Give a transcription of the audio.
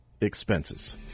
expenses